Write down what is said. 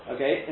Okay